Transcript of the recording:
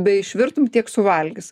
beišvirtum tiek suvalgys